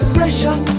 Pressure